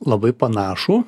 labai panašų